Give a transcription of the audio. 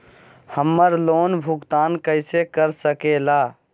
हम्मर लोन भुगतान कैसे कर सके ला?